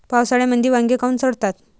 पावसाळ्यामंदी वांगे काऊन सडतात?